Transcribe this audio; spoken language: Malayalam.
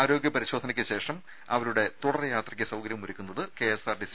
ആരോഗ്യ പരിശോധനകൾക്ക് ശേഷം അവരുടെ തുടർ യാത്രയ്ക്ക് സൌകര്യമൊരുക്കുന്നത് കെഎസ്ആർടിസിയാണ്